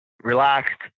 relaxed